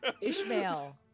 Ishmael